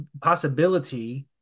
Possibility